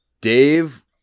Dave